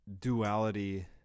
duality